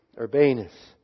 Urbanus